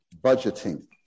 budgeting